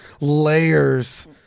Layers